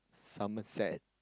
Somerset